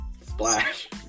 splash